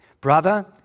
Brother